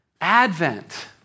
Advent